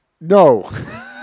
No